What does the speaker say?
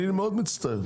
אני מאוד מצטער.